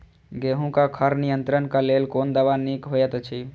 गेहूँ क खर नियंत्रण क लेल कोन दवा निक होयत अछि?